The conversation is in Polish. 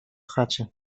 chacie